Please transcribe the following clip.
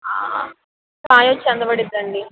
కాయొచ్చి ఎంత పడుతుందండి